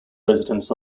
residents